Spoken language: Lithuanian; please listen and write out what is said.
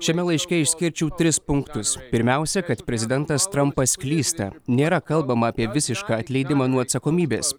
šiame laiške išskirčiau tris punktus pirmiausia kad prezidentas trampas klysta nėra kalbama apie visišką atleidimą nuo atsakomybės